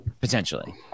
potentially